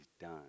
done